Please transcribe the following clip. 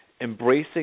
embracing